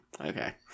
Okay